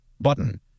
Button